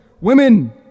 women